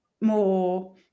more